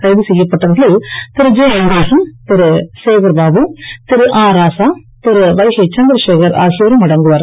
கைது செய்யப்பட்டவர்களில் திரு ஜே அன்பழகன் திரு சேகர் பாபு திரு ஆ ராசா திரு வைகை சந்திரசேகர் ஆகியோரும் அடங்குவர்